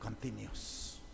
continues